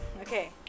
Okay